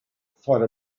for